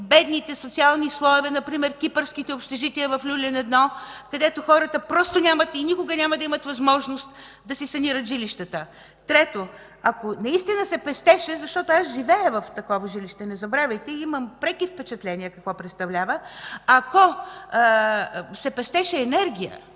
най-бедните социални слоеве, например кипърските общежития в „Люлин 1”, където хората нямат и никога няма да имат възможност да санират жилищата си. Трето, ако наистина се пестеше, защото живея в такова жилище, не забравяйте, и имам преки впечатления какво представляват, ако се пестеше енергия,